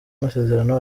amasezerano